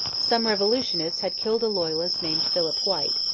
some revolutionists had killed a loyalist named philip white,